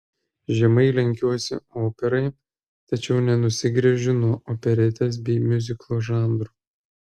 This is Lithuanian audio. žemai lenkiuosi operai tačiau nenusigręžiu nuo operetės bei miuziklo žanrų